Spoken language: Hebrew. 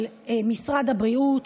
של משרד הבריאות,